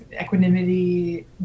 equanimity